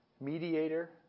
mediator